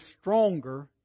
stronger